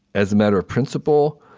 as a matter of principle,